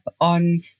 on